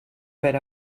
per